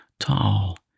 tall